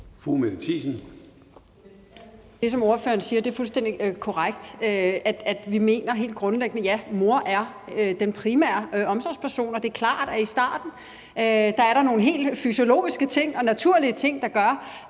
Det, som ordføreren siger, er fuldstændig korrekt, altså at vi helt grundlæggende mener, at mor er den primære omsorgsperson. Og det er klart, at der i starten er nogle helt fysiologiske ting og naturlige ting, der gør,